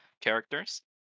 characters